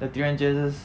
the 狄仁杰 just